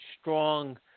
strong